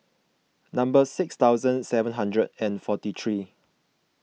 number six thousand seven hundred and forty three